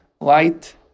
light